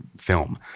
film